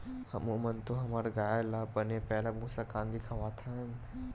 हमू मन तो हमर गाय ल बने पैरा, भूसा, कांदी खवाथन